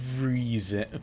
reason